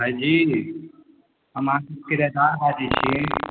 भाइजी हम अहाँकेँ किरायेदार बाजैत छी